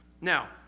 Now